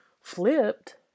flipped